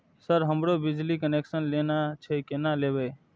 Sir हमरो बिजली connection लेना छे केना लेबे?